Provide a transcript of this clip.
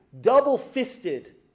double-fisted